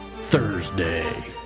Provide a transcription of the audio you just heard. Thursday